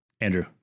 Andrew